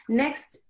next